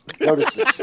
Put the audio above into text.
Notices